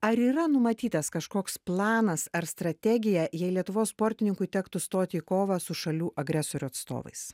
ar yra numatytas kažkoks planas ar strategija jei lietuvos sportininkui tektų stoti į kovą su šalių agresorių atstovais